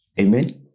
Amen